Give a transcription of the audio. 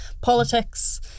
politics